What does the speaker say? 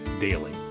Daily